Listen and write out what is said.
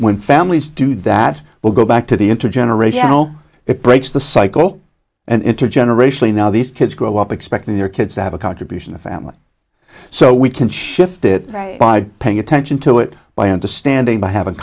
when families do that will go back to the intergenerational it breaks the cycle and it generationally now these kids grow up expecting their kids to have a contribution a family so we can shift it by paying attention to it by understanding by having